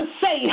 say